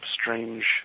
strange